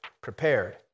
prepared